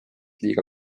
liiga